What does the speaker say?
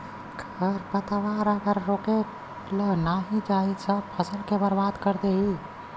खरपतवार के अगर रोकल नाही जाई सब फसल के बर्बाद कर देई